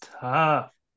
tough